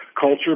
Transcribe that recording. culture